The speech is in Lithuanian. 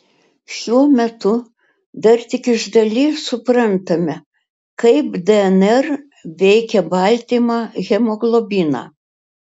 šiuo metu dar tik iš dalies suprantame kaip dnr veikia baltymą hemoglobiną